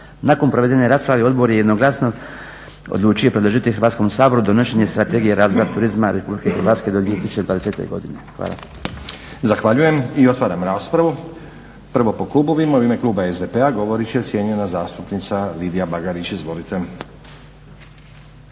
Nakon provedene rasprave odbor je jednoglasno odlučio predložiti Hrvatskom saboru donošenje Strategije razvoja turizma RH do 2020. godine. Hvala. **Stazić, Nenad (SDP)** Zahvaljujem. Otvaram raspravu. Prvo po klubovima. U ime kluba SDP-a govorit će cijenjena zastupnica Lidija Bagarić. Izvolite.